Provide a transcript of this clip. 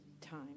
time